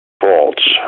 faults